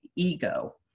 ego